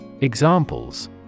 Examples